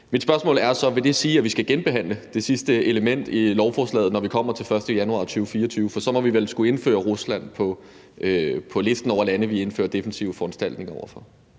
det sige, at vi skal genbehandle det sidste element i lovforslaget, når vi kommer til den 1. januar 2024? For så må vi vel skulle indføre Rusland på listen over lande, vi indfører defensive foranstaltninger over for.